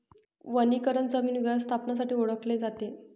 वनीकरण जमीन व्यवस्थापनासाठी ओळखले जाते